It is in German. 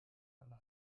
aller